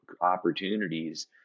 opportunities